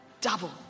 double